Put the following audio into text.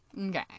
Okay